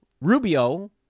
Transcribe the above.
Rubio